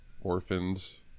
Orphans